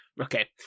Okay